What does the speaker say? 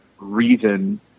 reason